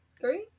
Three